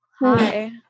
Hi